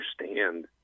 understand